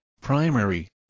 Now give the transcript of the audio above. primary